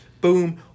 boom